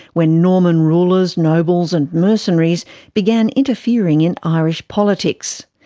when norman rulers, nobles and mercenaries began interfering in irish politics.